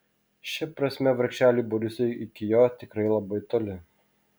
šia prasme vargšeliui borisui iki jo tikrai labai toli